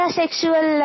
sexual